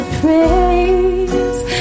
praise